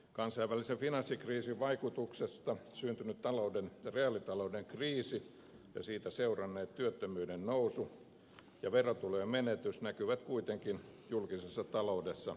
kansainvälisen finanssikriisin vaikutuksesta syntynyt reaalitalouden kriisi ja siitä seuranneet työttömyyden nousu ja verotulojen menetys näkyvät kuitenkin julkisessa taloudessa pitkään